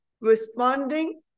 responding